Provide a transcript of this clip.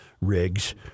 Rigs